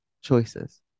choices